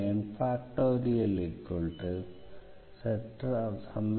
z n111